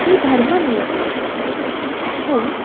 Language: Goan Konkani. ही धर्म निरपेक्षा पूण